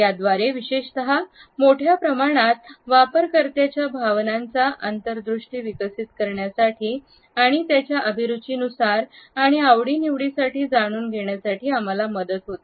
याद्वारे विशेषत मोठ्या प्रमाणात वापरकर्त्याच्या भावनांचा अंतर्दृष्टी विकसित करण्यासाठी आणि त्याच्या अभिरुचीनुसार आणि आवडी निवडीसाठी जाणून घेण्यासाठी आम्हाला मदत होते